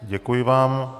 Děkuji vám.